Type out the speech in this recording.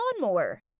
lawnmower